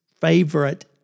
favorite